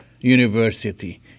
university